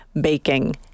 baking